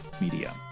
media